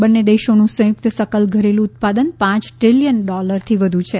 બંને દેશોનું સંયુક્ત સકલ ઘરેલુ ઉત્પાદન પાંચ ટ્રિલિયન ડૉલરથી વધુ છે